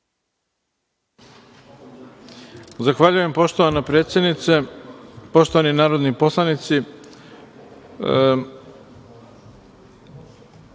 Zahvaljujem, poštovana predsednice. Poštovani narodni poslanici,